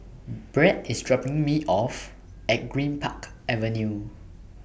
Brett IS dropping Me off At Greenpark Avenue